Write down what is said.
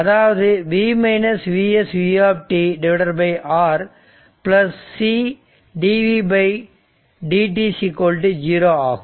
அதாவது V Vs u R c dvd 0 ஆகும்